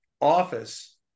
office